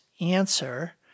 answer